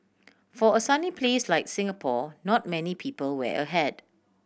for a sunny place like Singapore not many people wear a hat